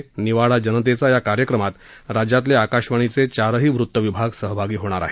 निवाडा जनतेचा या कार्यक्रमात राज्यातले आकाशवाणीचे चारही वृत्तविभाग सहभागी होणार आहेत